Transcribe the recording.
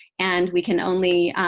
and we can only,